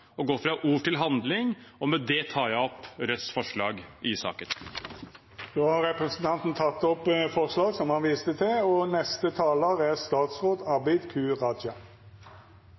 og gå fra ord til handling. Med det tar jeg opp Rødts forslag i saken. Då har representanten Bjørnar Moxnes teke opp dei forslaga han viste til.